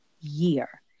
year